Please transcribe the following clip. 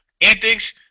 antics